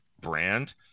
brand